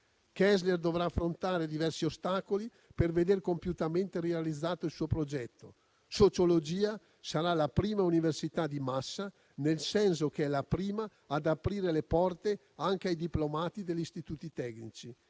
Kessler dovrà affrontare diversi ostacoli per veder compiutamente realizzato il suo progetto. Sociologia sarà la prima università di massa, nel senso che è la prima ad aprire le porte anche ai diplomati degli istituti tecnici.